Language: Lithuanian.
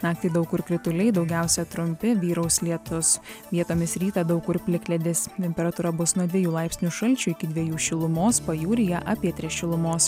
naktį daug kur krituliai daugiausia trumpi vyraus lietus vietomis rytą daug kur plikledis temperatūra bus nuo dviejų laipsnių šalčio iki dviejų šilumos pajūryje apie tris šilumos